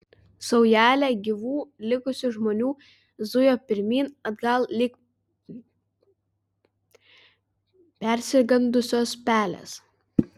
saujelė gyvų likusių žmonių zujo pirmyn atgal lyg persigandusios pelės